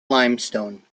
limestone